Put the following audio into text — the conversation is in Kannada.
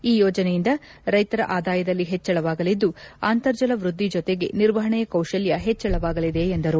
ಈ ಯೋಜನೆಯಿಂದ ರೈಶರ ಆದಾಯದಲ್ಲಿ ಹೆಚ್ಚಳವಾಗಲಿದ್ದು ಅಂತರ್ಜಲ ವ್ವದ್ದಿ ಜೊತೆಗೆ ನಿರ್ವಹಣೆಯ ಕೌಶಲ್ಲ ಹೆಚ್ಚಳವಾಗಲಿದೆ ಎಂದರು